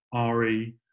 RE